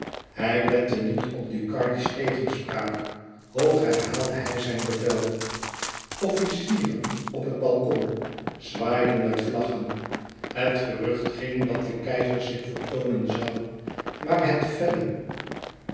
hij lette niet op ducardi's tegenspraak hoog herhaalde hij zijn bevel officieren op het balkon zwaaiden met vlaggen het gerucht ging dat de keizer zich vertoonen zoû maar het